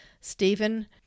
Stephen